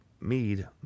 mead